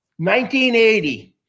1980